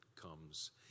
comes